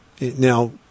Now